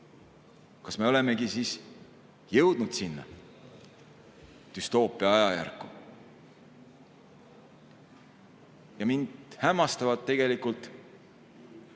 Kas me olemegi siis jõudnud sinna düstoopia ajajärku? Mind hämmastavad tegelikult